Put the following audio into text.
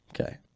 Okay